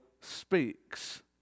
speaks